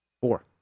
Four